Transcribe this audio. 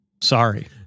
Sorry